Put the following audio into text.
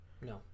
No